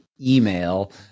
email